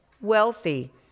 wealthy